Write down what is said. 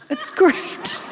it's great.